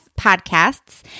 podcasts